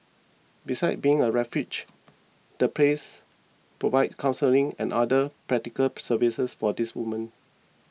besides being a refuge the place provides counselling and other practical services for these woman